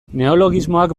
neologismoak